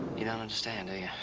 you don't understand,